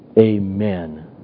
amen